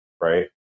Right